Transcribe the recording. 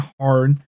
hard